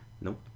Nope